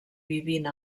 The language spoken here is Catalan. vivint